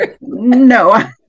No